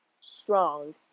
strong